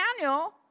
Daniel